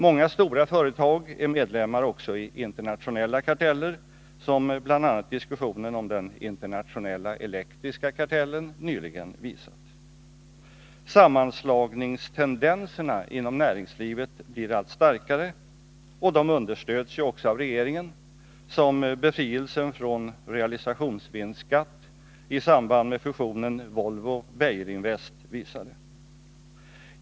Många stora företag är medlemmar också i internationella karteller, som bl.a. diskussionen om den internationella elektriska kartellen nyligen visat. Sammanslagningstendenserna inom näringslivet blir allt starkare, och de understöds ju också av regeringen, som befrielsen från realisationsvinstskatt i samband med fusionen Volvo-Beijerinvest visade.